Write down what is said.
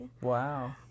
wow